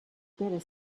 better